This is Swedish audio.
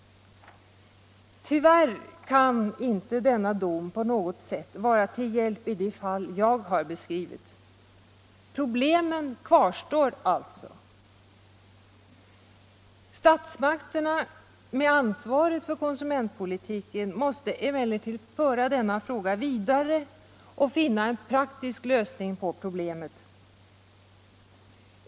Tyvärr kan inte denna dom på något sätt vara till hjälp i de fall jag har beskrivit. Problemen kvarstår alltså. Statsmakterna, med allt ansvaret för konsumentpolitiken, måste emellertid föra denna fråga vidare och finna en praktisk lösning på problemet.